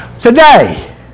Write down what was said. Today